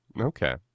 Okay